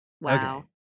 Wow